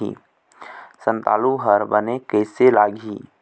संतालु हर बने कैसे लागिही?